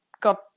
got